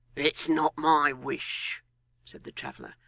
it's not my wish said the traveller.